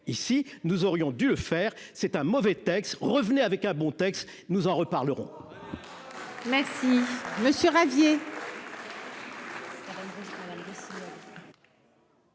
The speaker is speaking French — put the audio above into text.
ici, nous aurions dû le faire, c'est un mauvais texte revenait avec un bon texte, nous en reparlerons. Merci monsieur radié.